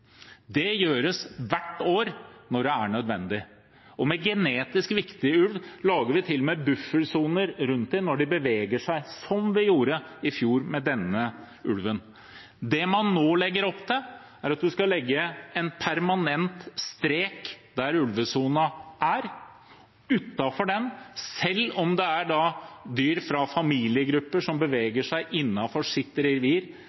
Det gjøres hvert år når det er nødvendig, og med genetisk viktig ulv lager vi til og med buffersoner rundt dem når de beveger seg, slik det ble gjort i fjor med denne ulven. Det man nå legger opp til, er at man skal sette en permanent strek der ulvesonen er. Utenfor den, selv om det dreier seg om dyr fra familiegrupper som